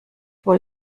wohl